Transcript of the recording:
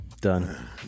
done